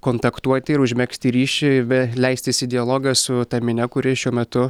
kontaktuoti ir užmegzti ryšį bei leistis į dialogą su ta minia kuri šiuo metu